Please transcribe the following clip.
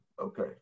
Okay